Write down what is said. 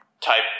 type